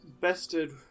Bested